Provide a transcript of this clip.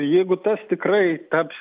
jeigu tas tikrai taps